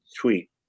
tweet